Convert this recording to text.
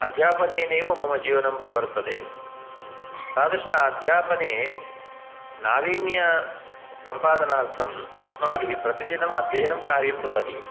अध्यापनेनैव मम जीवनं प्रवर्तते तादृश अध्यापने नावीन्यसम्पादनार्थम् अस्माभिः प्रतिदिनम् अध्ययनं कार्यं भवति